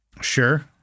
Sure